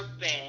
bad